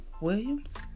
williams